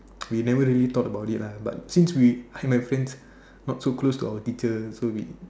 we never really thought about it lah but since we like my friends not so close to our teacher so we